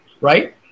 right